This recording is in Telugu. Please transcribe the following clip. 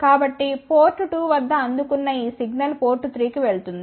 కాబట్టి పోర్ట్ 2 వద్ద అందుకున్న ఈ సిగ్నల్ పోర్ట్ 3 కి వెళుతుంది